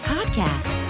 Podcast